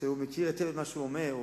שמכיר היטב את מה שהוא אומר,